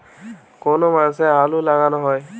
কোন মাসে আলু লাগানো হয়?